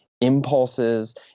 impulses